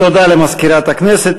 תודה למזכירת הכנסת.